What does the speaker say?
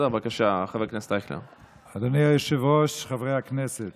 בבקשה, חבר הכנסת